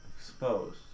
Exposed